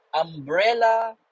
umbrella